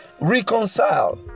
Reconcile